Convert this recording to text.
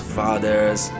fathers